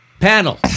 Panel